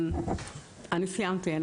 אני סיימתי.